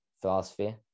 philosophy